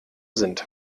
sind